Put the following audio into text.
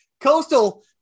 Coastal